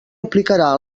aplicarà